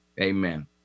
amen